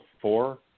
four